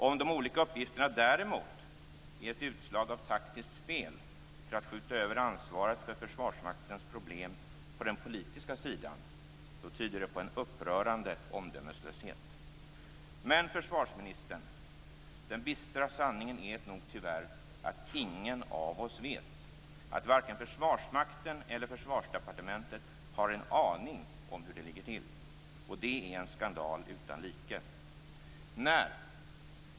Om de olika uppgifterna däremot är ett utslag av taktiskt spel för att skjuta över ansvaret för Försvarsmaktens problem på den politiska sidan, tyder det på en upprörande omdömeslöshet. Men, försvarsministern, den bistra sanningen är nog tyvärr att ingen av oss vet, att varken Försvarsmakten eller Försvarsdepartementet har en aning om hur det ligger till, och det är en skandal utan like.